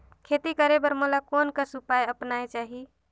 खेती करे बर मोला कोन कस उपाय अपनाये चाही?